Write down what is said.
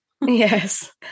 Yes